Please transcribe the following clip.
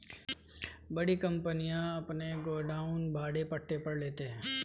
बड़ी कंपनियां अपने गोडाउन भाड़े पट्टे पर लेते हैं